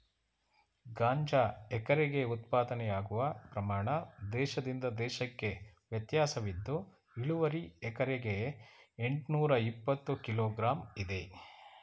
ಗಾಂಜಾ ಎಕರೆಗೆ ಉತ್ಪಾದನೆಯಾಗುವ ಪ್ರಮಾಣ ದೇಶದಿಂದ ದೇಶಕ್ಕೆ ವ್ಯತ್ಯಾಸವಿದ್ದು ಇಳುವರಿ ಎಕರೆಗೆ ಎಂಟ್ನೂರಇಪ್ಪತ್ತು ಕಿಲೋ ಗ್ರಾಂ ಇದೆ